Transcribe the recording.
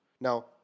Now